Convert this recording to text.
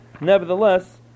nevertheless